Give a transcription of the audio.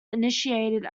initiated